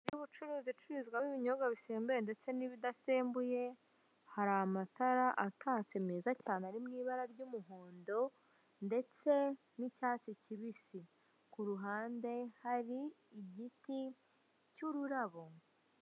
Inzu y'ubucuruzi ibinyobwa bisembuye n'ibidasembuye, hari amatara atatse meza cyane ari mu ibara ry'umuhondo ndetse n'icyatsi kibisi. Ku ruhande hari igiti cy'ururabo.